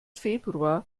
februar